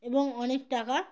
এবং অনেক টাকা